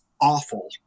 awful